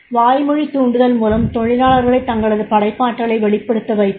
வாய்மொழி தூண்டுதல் மூலம் தொழிலாளர்களைத் தங்களது படைப்பாற்றலை வெளிப்படுத்த வைப்பது